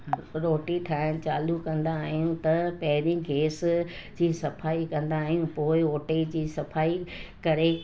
रोटी ठाहिणु चालू कंदा आहियूं त पहिरीं गैस जी सफ़ाई कंदा आहियूं पोइ ऑ टे जी सफ़ाई करे